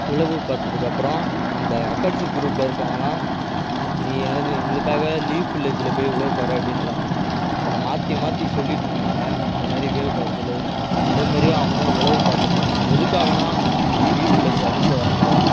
உளவு பார்த்ததுக்கப்பறம் அந்த அக்காட்சிக்கு குரூப்பில் இருக்கவங்கள்லாம் நீ எனக்கு எங்களுக்காக லீஃப் வில்லேஜில் போய் உளவு பாரு அப்படின்றாங்க இவனை மாற்றி மாற்றி சொல்லிட்டு இருந்தாங்க இந்தமாரி வேவு பார்க்க சொல்லி அந்தமாரியே அவனும் உளவு பார்த்துட்டு இருந்தான் எதுக்காகனா லீஃப் வில்லேஜை அழிக்க வராங்க